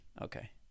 okay